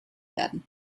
werden